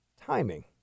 timing